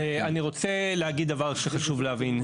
עכשיו אני רוצה להגיד דבר שחשוב להבין,